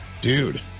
Dude